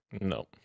No